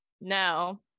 No